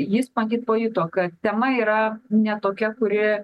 jis matyt pajuto kad tema yra ne tokia kuri